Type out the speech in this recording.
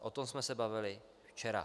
O tom jsme se bavili včera.